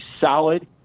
solid